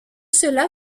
cela